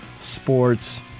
Sports